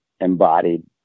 embodied